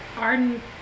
Arden